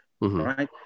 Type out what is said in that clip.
right